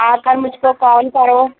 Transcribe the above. آ کر مجھ کو کال کرو